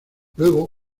luego